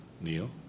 Neil